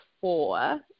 four